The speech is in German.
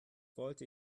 wollte